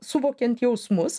suvokiant jausmus